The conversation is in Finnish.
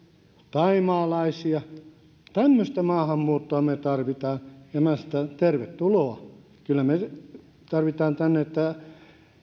thaimaalaisia tämmöistä maahanmuuttoa me tarvitaan ja minä sanon että tervetuloa kyllä me tarvitaan tänne että